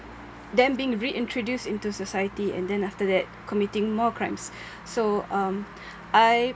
them being reintroduced into society and then after that committing more crimes so um I